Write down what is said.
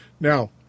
Now